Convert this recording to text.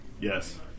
Yes